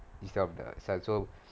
instead of the side so